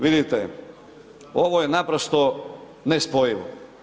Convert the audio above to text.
Vidite, ovo je naprosto nespojivo.